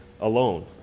alone